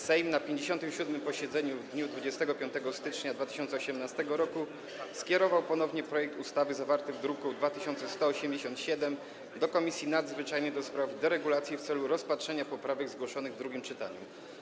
Sejm na 57. posiedzeniu w dniu 25 stycznia 2018 r. skierował ponownie projekt ustawy zawarty w druku nr 2187 do Komisji Nadzwyczajnej do spraw deregulacji w celu rozpatrzenia poprawek zgłoszonych w drugim czytaniu.